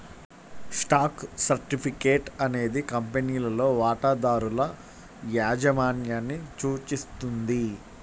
stock certificate అనేది కంపెనీలో వాటాదారుల యాజమాన్యాన్ని సూచిస్తుంది